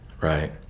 Right